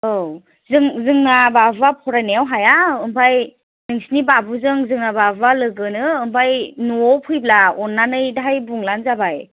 औ जों जोंना बाबुआ फरायनायाव हाया ओमफ्राय नोंसिनि बाबुजों जोंहा बाबुआ लोगोनो आमफ्राय न'आव फैब्ला अननानै दाहाय बुंब्लानो जाबाय